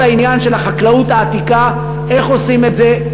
כל העניין של החקלאות העתיקה, איך עושים את זה?